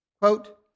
quote